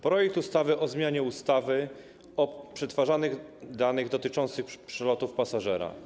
Projekt ustawy o zmianie ustawy o przetwarzaniu danych dotyczących przelotu pasażera.